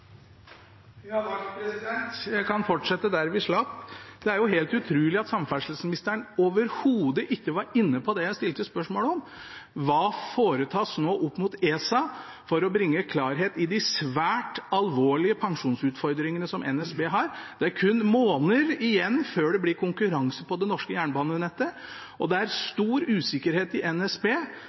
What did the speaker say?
jo helt utrolig at samferdselsministeren overhodet ikke var inne på det jeg stilte spørsmål om: Hva foretas nå overfor ESA for å bringe klarhet i de svært alvorlige pensjonsutfordringene som NSB har? Det er kun måneder igjen før det blir konkurranse på det norske jernbanenettet, og det er stor usikkerhet i NSB